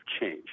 change